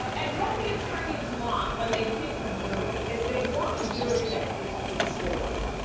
and what the attorneys want, when they pick the jury, is they want a jury that is persuadable,